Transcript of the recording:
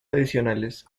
adicionales